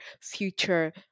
future